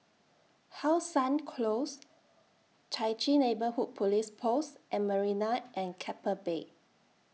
How Sun Close Chai Chee Neighbourhood Police Post and Marina At Keppel Bay